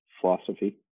philosophy